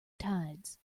tides